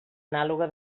anàloga